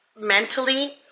mentally